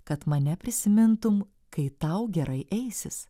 kad mane prisimintum kai tau gerai eisis